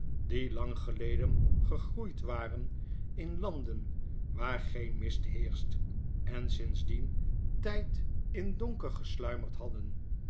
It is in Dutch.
lang geleden gegroeid waren in landen waar geen mist heerscht en sinds dien tyd in donker gesluimerd hadden